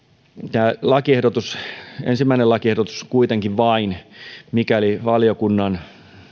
tämä ensimmäinen lakiehdotus kuitenkin vain mikäli valiokunnan